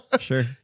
Sure